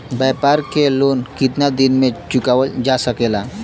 व्यापार के लोन कितना दिन मे चुकावल जा सकेला?